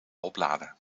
opladen